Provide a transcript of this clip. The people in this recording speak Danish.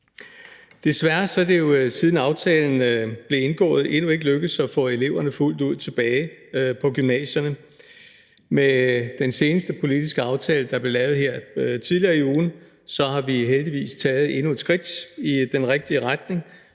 Desværre er det jo, siden aftalen blev indgået, endnu ikke lykkedes at få eleverne fuldt ud tilbage på gymnasierne. Med den seneste politiske aftale, der blev lavet her tidligere på ugen, har vi heldigvis taget endnu et skridt i den rigtige retning,